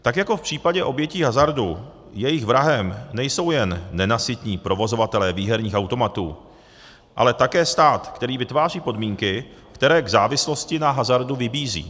Tak jako v případě obětí hazardu, jejich vrahem nejsou jen nenasytní provozovatelé výherních automatů, ale také stát, který vytváří podmínky, které k závislosti na hazardu vybízejí.